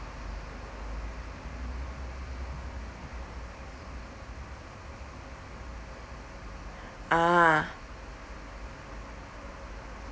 ah